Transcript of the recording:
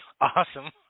Awesome